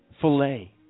Filet